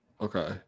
okay